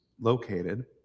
located